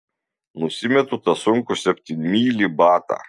nusimetu tą sunkų septynmylį batą